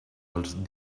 als